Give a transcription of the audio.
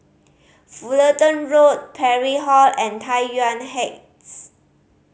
Fullerton Road Parry Hall and Tai Yuan Heights